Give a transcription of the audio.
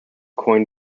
coin